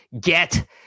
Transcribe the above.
Get